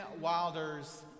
Wilder's